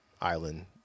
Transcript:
island